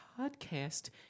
podcast